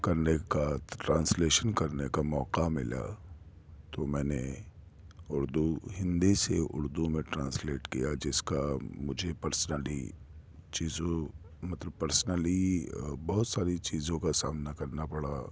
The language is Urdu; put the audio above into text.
کرنے کا ٹرانسلیشن کرنے کا موقع ملا تو میں نے اردو ہندی سے اردو میں ٹرانسلیٹ کیا جس کا مجھے پرسنلی چیزوں مطلب پرسنلی بہت ساری چیزوں کا سامنا کرنا پڑا